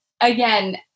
again